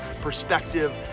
perspective